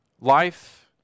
life